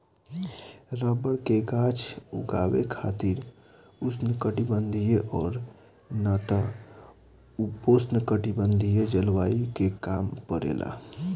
rubber के गाछ उगावे खातिर उष्णकटिबंधीय और ना त उपोष्णकटिबंधीय जलवायु के काम परेला